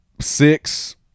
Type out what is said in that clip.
six